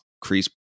crease